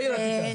לרשותך שתי דקות.